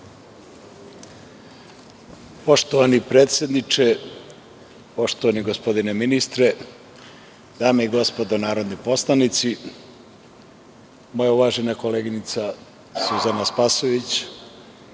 Poštovani predsedniče, poštovani gospodine ministre, dame i gospodo narodni poslanici, moja uvažena koleginica Suzana Spasojević